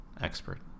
expert